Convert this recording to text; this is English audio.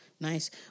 Nice